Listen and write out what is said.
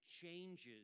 changes